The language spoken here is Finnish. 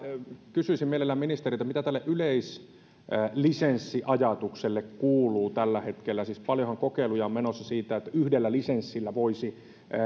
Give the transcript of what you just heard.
kysyisin mielellään ministeriltä mitä tälle yleislisenssiajatukselle kuuluu tällä hetkellä siis paljonhan kokeiluja on menossa siitä että yhdellä lisenssillä voisi